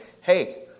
Hey